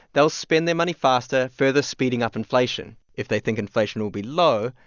they'll spend their money faster, further speeding up inflation. if they think inflation will be low,